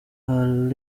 our